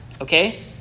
okay